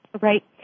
Right